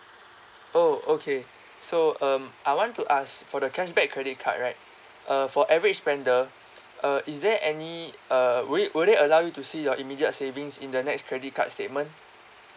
oh okay so um I want to ask for the cashback credit card right uh for average spender uh is there any uh wou~ would it allow you to see your immediate savings in the next credit card statement